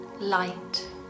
light